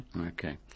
Okay